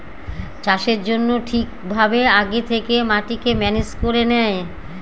চাষের জন্য ঠিক ভাবে আগে থেকে মাটিকে ম্যানেজ করে নেয়